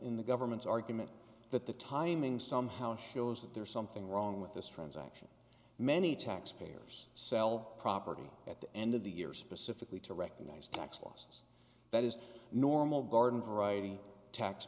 in the government's argument that the timing somehow shows that there's something wrong with this transaction many taxpayers sell property at the end of the year specifically to recognize tax losses that is normal garden variety tax